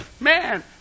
Man